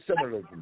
similar